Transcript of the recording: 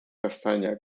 castaña